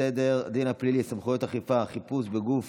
סדר הדין הפלילי (סמכויות אכיפה, חיפוש בגוף